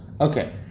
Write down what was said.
Okay